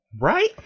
Right